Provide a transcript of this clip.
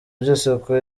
by’isuku